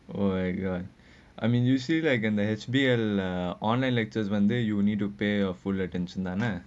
oh I got I mean you say you can actually like ya lah online lectures you will need to pay a full attention ah னா:naa